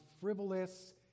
frivolous